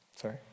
Sorry